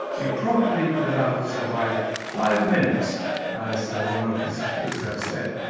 he probably would have survived five minutes as so one of his critics have said,